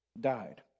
died